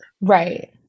right